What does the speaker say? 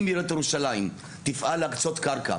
אם עיריית ירושלים תפעל להקצות קרקע.